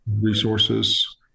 resources